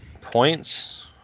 points